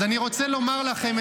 אז אני רוצה לומר לכם,